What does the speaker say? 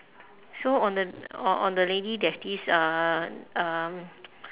so on the o~ on the lady there's this uh um